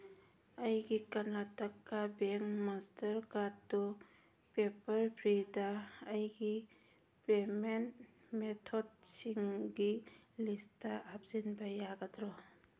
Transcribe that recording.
ꯑꯩꯒꯤ Karnataka bank master card prepaid ꯑꯩꯒꯤ payment ꯃꯦꯊꯣꯠꯁꯤꯡꯒꯤ ꯂꯤꯁꯇ ꯍꯥꯞꯆꯤꯟꯕ ꯌꯥꯒꯗ꯭ꯔꯣ